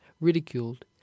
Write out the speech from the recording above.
ridiculed